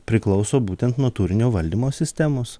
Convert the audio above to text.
priklauso būtent nuo turinio valdymo sistemos